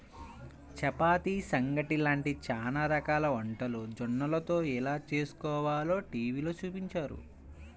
చపాతీ, సంగటి లాంటి చానా రకాల వంటలు జొన్నలతో ఎలా చేస్కోవాలో టీవీలో చూపించారు